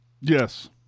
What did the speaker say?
yes